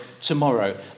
tomorrow